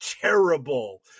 terrible